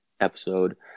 episode